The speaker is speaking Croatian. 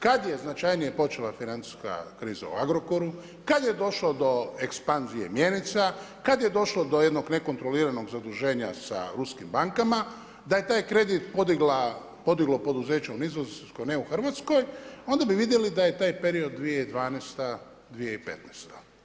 Kad je značajnije počela financijska kriza u Agrokoru, kad je došlo do ekspanzije mjenica, kad je došlo do jednog nekontroliranog zaduženja sa ruskim bankama, da je taj kredit podiglo poduzeće u Nizozemskoj, ne u Hrvatskoj, onda bi vidjeli da je taj period 2012. 2015.